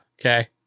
Okay